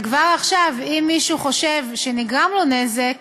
וכבר עכשיו אם מישהו חושב שנגרם לו נזק